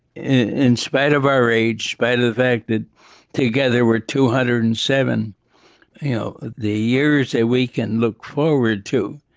in spite of our age, spite of the fact that together, we're two hundred and seven you know, the years that we can look forward to,